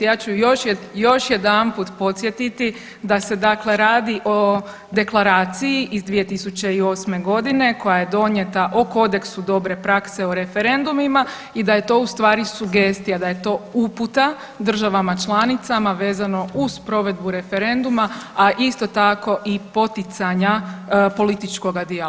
Ja ću još, još jedanput podsjetiti da se dakle radi o deklaraciji iz 2008.g. koja je donijeta o kodeksu dobre prakse o referendumima i da je to u stvari sugestija, da je to uputa državama članicama vezano uz provedbu referenduma, a isto tako i poticanja političkoga dijaloga.